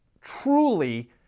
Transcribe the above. truly